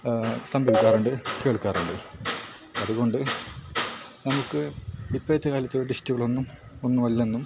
സംഭവിക്കാറുണ്ട് കേൾക്കാറുണ്ട് അതു കൊണ്ട് നമുക്ക് ഇപ്പോഴത്തെക്കാലത്തെ ട്വിസ്റ്റുകളൊന്നും ഒന്നുമല്ലെന്നും